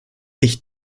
ich